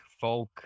folk